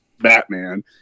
Batman